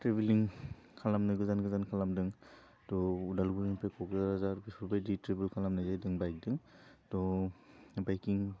ट्रेबेलिं खालामनो गोजान गोजान खालामदों थह उदालगुरिनिफ्राय कक्राझार बेफोरबायदि ट्रेबोल खालामनाय जादों बाइकजों थह बाइकिं